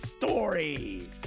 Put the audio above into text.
Stories